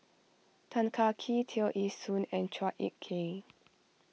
Tan Kah Kee Tear Ee Soon and Chua Ek Kay